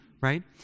right